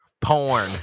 porn